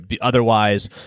otherwise